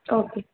okay